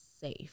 safe